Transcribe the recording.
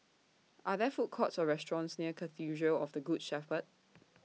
Are There Food Courts Or restaurants near Cathedral of The Good Shepherd